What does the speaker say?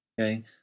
Okay